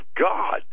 God